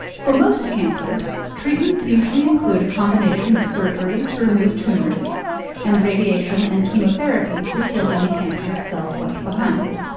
for most cancers, treatments usually include a combination of surgery to remove tumors and radiation and chemotherapy to kill any cancerous cells left behind.